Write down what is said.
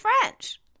French